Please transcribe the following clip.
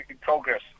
Progress